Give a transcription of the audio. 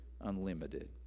Unlimited